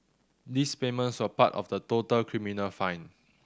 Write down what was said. these payments were part of the total criminal fine